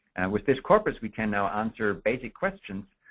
and with this corpus we can now answer basic questions.